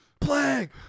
Plague